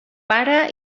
para